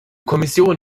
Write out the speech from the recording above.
kommission